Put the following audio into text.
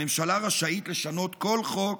הממשלה רשאית לשנות כל חוק,